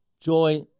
joy